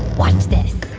watch this